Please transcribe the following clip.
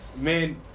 men